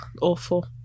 Awful